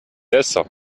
eso